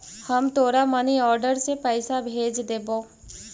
हम तोरा money order से पइसा भेज देबो